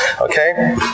okay